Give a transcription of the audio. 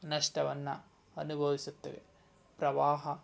ನಷ್ಟವನ್ನು ಅನುಭವಿಸುತ್ತವೆ ಪ್ರವಾಹ